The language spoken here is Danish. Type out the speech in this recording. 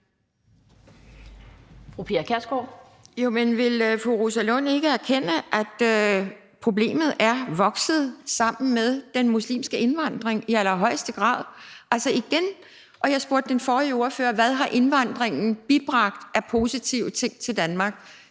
Pia Kjærsgaard (DF): Men vil fru Rosa Lund ikke anerkende, at problemet er vokset sammen med den muslimske indvandring, i allerhøjeste grad? Og jeg spurgte den forrige ordfører, hvad indvandringen har bibragt af positive ting til Danmark.